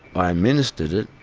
i administered it.